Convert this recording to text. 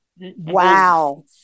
Wow